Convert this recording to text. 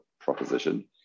proposition